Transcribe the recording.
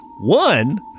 One